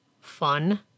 fun